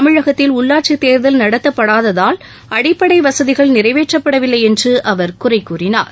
தமிழகத்தில் உள்ளாட்சித் தேர்தல் நடத்தப்படாததால் அடிப்படை வசதிகள் நிறைவேற்றப்படவில்லை என்று அவர் குறை கூறினார்